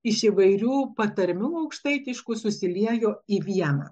iš įvairių patarmių aukštaitiškų susiliejo į vieną